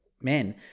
Men